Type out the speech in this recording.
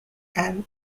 and